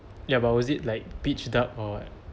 ya but was it like pitch dark or what